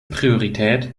priorität